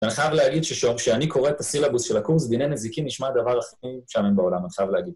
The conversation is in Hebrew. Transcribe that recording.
ואני חייב להגיד שכשאני קורא את הסילבוס של הקורס, דיני נזיקין נשמע הדבר הכי משעמם בעולם, אני חייב להגיד.